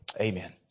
Amen